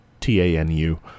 TANU